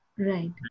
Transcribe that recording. Right